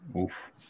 Oof